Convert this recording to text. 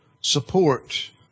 support